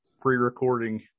pre-recording